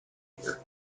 here